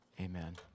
amen